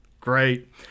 Great